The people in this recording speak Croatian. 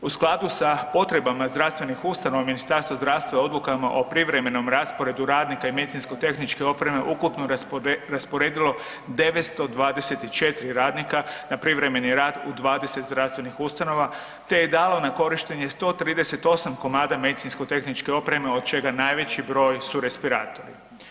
U skladu sa potrebama zdravstvenih ustanova, Ministarstvo zdravstva je odlukama o privremenom rasporedu radnika i medicinsko-tehničke opreme, ukupno rasporedilo 924 radnika na privremeni rad u 20 zdravstvenih ustanova te je dalo na korištenje 138 komada medicinsko-tehničke opreme, od čega najveći broj su respiratori.